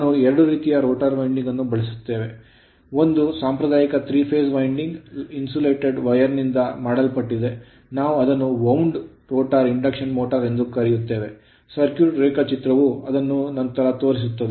ನಾವು 2 ರೀತಿಯ rotor winding ಅನ್ನು ಬಳಸುತ್ತೇವೆ ಒಂದು ಸಾಂಪ್ರದಾಯಿಕ 3 ಫೇಸ್ ವೈಂಡಿಂಗ್ ಇನ್ಸುಲೇಟೆಡ್ ವೈರ್ ನಿಂದ ಮಾಡಲ್ಪಟ್ಟಿದೆ ನಾವು ಅದನ್ನು wound rotor ಇಂಡಕ್ಷನ್ ಮೋಟರ್ ಎಂದು ಕರೆಯುತ್ತೇವೆ ಸರ್ಕ್ಯೂಟ್ ರೇಖಾಚಿತ್ರವು ಅದನ್ನು ನಂತರ ತೋರಿಸುತ್ತದೆ